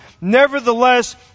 Nevertheless